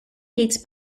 dates